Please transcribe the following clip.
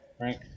right